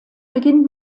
beginnt